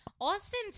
Austin